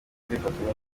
kwifatanya